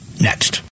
next